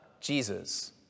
Jesus